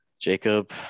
Jacob